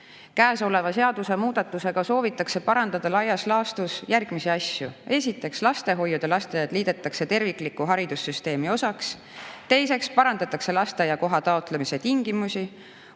arvestav. Sellega soovitakse parandada laias laastus järgmisi asju. Esiteks, lastehoiud ja lasteaiad liidetakse tervikliku haridussüsteemi osaks. Teiseks, parandatakse lasteaiakoha taotlemise tingimusi.